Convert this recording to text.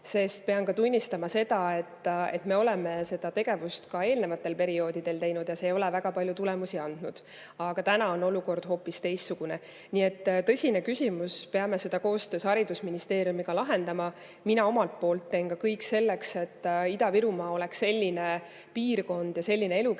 teha. Pean tunnistama, et me oleme seda ka eelmistel perioodidel teinud ja see ei ole väga palju tulemusi andnud, aga nüüd on olukord hoopis teistsugune. Nii et tõsine küsimus, peame seda koostöös haridusministeeriumiga lahendama. Mina omalt poolt teen kõik selleks, et Ida-Virumaa oleks selline piirkond ja selline elukeskkond,